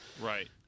Right